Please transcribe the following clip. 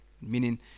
meaning